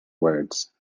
words